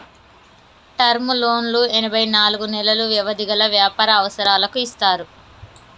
term లోన్లు ఎనభై నాలుగు నెలలు వ్యవధి గల వ్యాపార అవసరాలకు ఇస్తారు